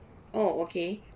oh okay